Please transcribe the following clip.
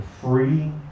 free